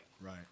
Right